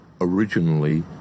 Originally